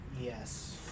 Yes